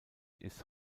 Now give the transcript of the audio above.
ist